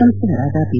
ಸಂಸದರಾದ ಪಿ